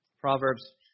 Proverbs